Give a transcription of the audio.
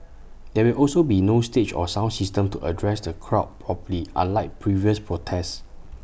there will also be no stage or sound system to address the crowd properly unlike previous protests